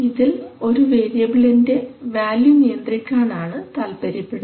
ഇതിൽ ഒരു വേരിയബിളിൻറെ വാല്യൂ നിയന്ത്രിക്കാൻ ആണ് താൽപര്യപ്പെടുന്നത്